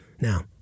Now